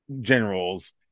generals